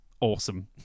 awesome